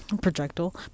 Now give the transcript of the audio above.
Projectile